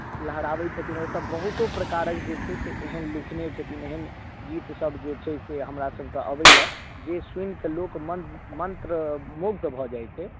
लहराबैत छथिन ओसभ बहुतो प्रकारक जे छै एहन लिखने छथिन एहन गीतसभ जे छै से हमरासभके अबैए जे सुनि कऽ लोक मन्त्र मन्त्र मन्त्रमुग्ध भऽ जाइत छै